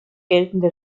geltende